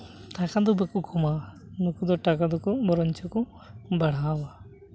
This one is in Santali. ᱴᱟᱠᱟ ᱫᱚ ᱵᱟᱠᱚ ᱠᱚᱢᱟᱣᱟ ᱱᱩᱠᱩ ᱫᱚ ᱴᱟᱠᱟ ᱫᱚ ᱵᱚᱨᱚᱝ ᱪᱚᱠᱚ ᱵᱟᱲᱦᱟᱣᱟ